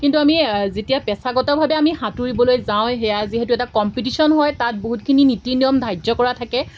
কিন্তু আমি যেতিয়া পেছাগতভাৱে আমি সাঁতুৰিবলৈ যাওঁ সেয়া যিহেতু এটা কম্পিটিশ্যন হয় তাত বহুতখিনি নীতি নিয়ম ধাৰ্য কৰা থাকে